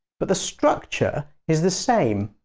but the structure is the same.